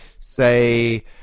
say